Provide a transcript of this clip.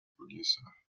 producer